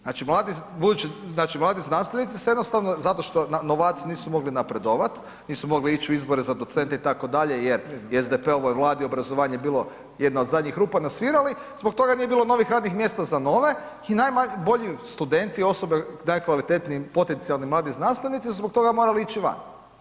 Znači mladi budući znači mladi znanstvenici se jednostavno zato što novaci nisu mogli napredovati, nisu mogli ići u izbore za docente itd., jer je SDP-ovoj Vladi obrazovanje jedna od zadnjih rupa na svirali, zbog toga nije bilo novih radnih mjesta za nove i najbolji studenti, osobe, najkvalitetniji potencijalni mladi znanstvenici su zbog toga morali ići van.